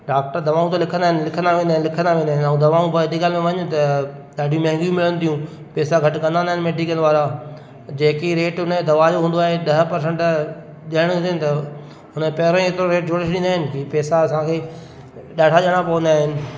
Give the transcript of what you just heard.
doctor दवाऊं त लिखंदा आहिनि लिखंदा वेंदा आहिनि लिखंदा वेंदा आहिनि दवाऊं मेडिकल में वञ त ॾाढी महांगी मिलनि थियूं पैसा घटि कंदा न आहिनि मेडिकल वारा जेकी रेट हुन दवा जो हूंदो आहे ॾह पर्सेंट ॾियण हुजे त हुनजो पहिरियों ई एतिरो रेट जोड़े छॾींदा आहिनि की पैसा असांखे ॾाढा ॾियणा पवंदा आहिनि